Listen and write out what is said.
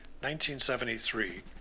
1973